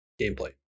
gameplay